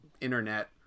internet